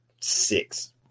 six